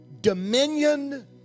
dominion